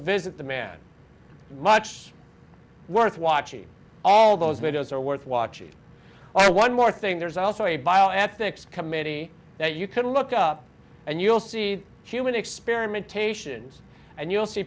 visit the man much worth watching all those videos are worth watching or one more thing there's also a bio ethics committee that you can look up and you'll see the human experimentation and you'll see